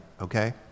okay